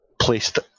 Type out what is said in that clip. placed